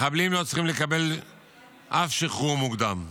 מחבלים לא צריכים לקבל אף שחרור מוקדם,